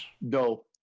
No